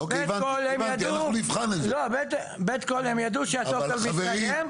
ב' הם ידעו שהתוקף מסתיים,